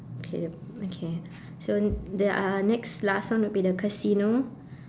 okay okay so there are next last one would be the casino